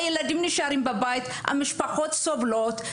הילדים נשארים בבית, המשפחות סובלות.